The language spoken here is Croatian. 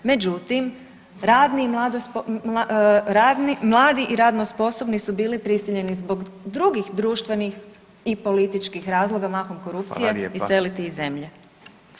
Međutim, mladi i radno sposobni su bili prisiljeni zbog drugih društvenih i političkih razloga, mahom korupcije iseliti iz zemlje.